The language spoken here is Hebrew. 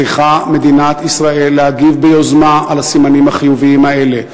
צריכה מדינת ישראל להגיב ביוזמה על הסימנים החיוביים האלה,